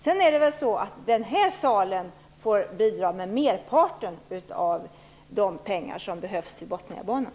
Sedan får ju den här salen bidra med merparten av de pengar som behövs till Botniabanan.